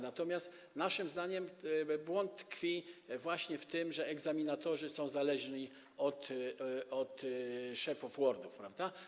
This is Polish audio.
Natomiast, naszym zdaniem, błąd tkwi właśnie w tym, że egzaminatorzy są zależni od szefów WORD-ów, prawda.